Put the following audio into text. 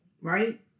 right